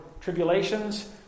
Tribulations